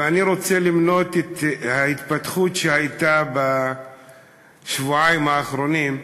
ואני רוצה למנות את ההתפתחות שהייתה בשבועיים האחרונים,